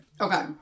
Okay